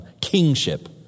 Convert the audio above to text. kingship